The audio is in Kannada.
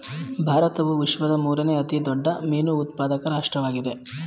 ಭಾರತವು ವಿಶ್ವದ ಮೂರನೇ ಅತಿ ದೊಡ್ಡ ಮೀನು ಉತ್ಪಾದಕ ರಾಷ್ಟ್ರವಾಗಿದೆ